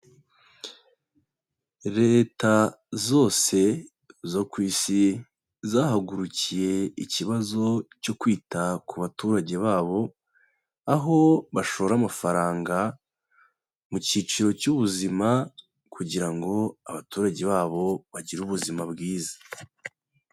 Leta zose zo ku Isi, zahagurukiye ikibazo cyo kwita ku baturage babo, aho bashora amafaranga mu cyiciro cy'ubuzima kugira ngo abaturage babo bagire ubuzima bwiza.